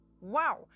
Wow